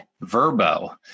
Verbo